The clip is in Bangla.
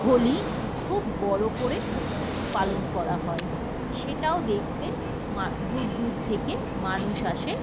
হোলি খুব বড়ো করে পালন করা হয় সেটাও দেখতে দূর দূর থেকে মানুষ আসে